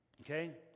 okay